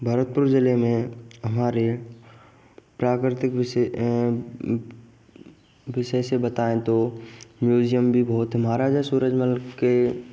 भरतपुर जिले में हमारे प्राकृतिक विषय विषय से बताए तो म्यूजियम भी तुम्हारा भी सुन्दर के